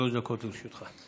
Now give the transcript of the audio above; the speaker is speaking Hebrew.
שלוש דקות לרשותך.